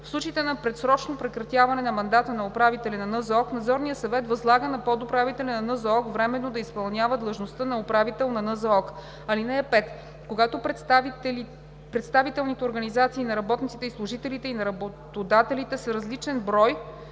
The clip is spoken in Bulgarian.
В случаите на предсрочно прекратяване на мандата на управителя на НЗОК Надзорният съвет възлага на подуправителя на НЗОК временно да изпълнява длъжността на управител на НЗОК. (5) Когато представителните организации на работниците и служителите или на работодателите са различен брой,